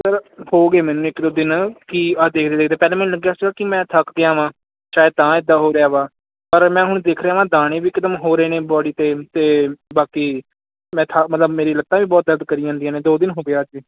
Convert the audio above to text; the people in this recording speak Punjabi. ਸਰ ਹੋ ਗਏ ਮੈਨੂੰ ਇੱਕ ਦੋ ਦਿਨ ਕਿ ਆਹ ਦੇਖਦੇ ਦੇਖਦੇ ਪਹਿਲੇ ਮੈਨੂੰ ਲੱਗਿਆ ਸੀਗਾ ਕਿ ਮੈਂ ਥੱਕ ਗਿਆ ਵਾਂ ਸ਼ਾਇਦ ਤਾਂ ਇੱਦਾਂ ਹੋ ਰਿਹਾ ਵਾ ਪਰ ਮੈਂ ਹੁਣ ਦੇਖ ਰਿਹਾ ਵਾਂ ਦਾਣੇ ਵੀ ਇਕਦਮ ਹੋ ਰਹੇ ਨੇ ਬੋਡੀ 'ਤੇ ਅਤੇ ਬਾਕੀ ਮੈਂ ਥਾਂ ਮਤਲਬ ਮੇਰੀ ਲੱਤਾਂ ਵੀ ਬਹੁਤ ਦਰਦ ਕਰੀ ਜਾਂਦੀਆਂ ਨੇ ਦੋ ਦਿਨ ਹੋ ਗਏ ਅੱਜ